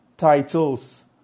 titles